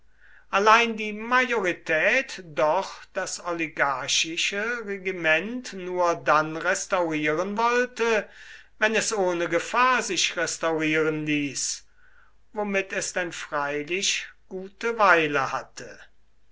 allein die majorität doch das oligarchische regiment nur dann restaurieren wollte wenn es ohne gefahr sich restaurieren ließ womit es denn freilich gute weile hatte